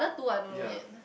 ya